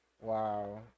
Wow